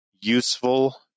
useful